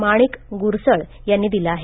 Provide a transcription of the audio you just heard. माणिक गुरसळ यांनी दिला आहे